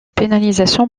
pénalisation